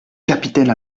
capitaine